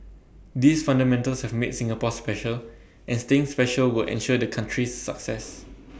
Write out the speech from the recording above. these fundamentals have made Singapore special and staying special will ensure the country's success